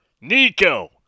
Nico